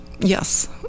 Yes